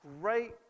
great